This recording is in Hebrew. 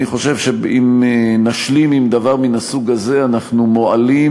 אני חושב שאם נשלים עם דבר מן הסוג הזה אנחנו מועלים